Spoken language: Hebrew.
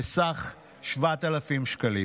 בסך 7,000 שקלים.